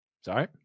Sorry